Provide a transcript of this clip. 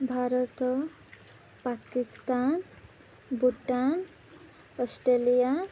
Bharat Pakistan Bhutan Australia